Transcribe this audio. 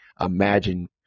imagine